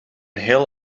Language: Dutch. heel